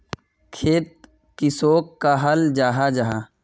खेत किसोक कहाल जाहा जाहा?